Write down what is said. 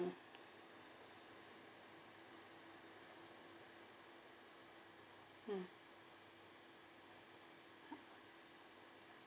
mm